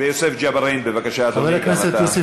בבקשה, אדוני.